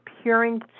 appearing